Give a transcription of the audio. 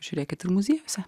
žiūrėkit ir muziejuose